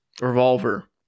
revolver